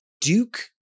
Duke